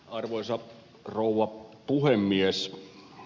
arvoisa rouva puhemies